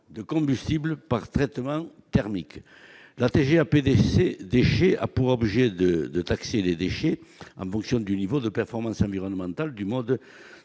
de combustibles par traitement thermique. La TGAP déchets tend à taxer les déchets en fonction du niveau de performance environnementale du mode